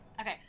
Okay